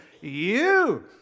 You